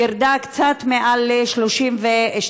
גירדה קצת מעל ל-32%,